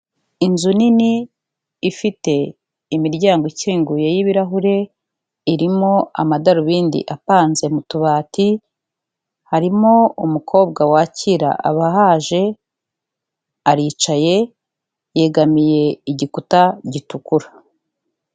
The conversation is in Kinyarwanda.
Inzu nini ifite imiryango ikinguye y'ibirahure, irimo amadarubindi apanze mu tubati, harimo umukobwa wakira abahaje aricaye yegamiye igikuta gitukura.